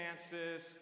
chances